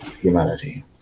humanity